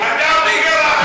אתה הבוגר האחראי,